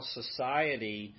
society